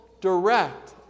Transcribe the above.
direct